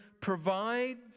provides